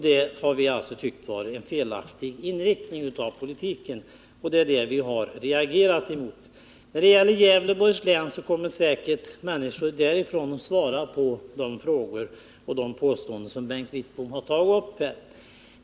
Det har vi tyckt vara en felaktig inriktning av politiken, och det är det vi har reagerat emot. När det gäller Gävleborgs län kommer säkert människor därifrån att svara på de frågor och påståenden som Bengt Wittbom tagit upp här.